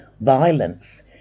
violence